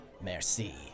Merci